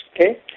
okay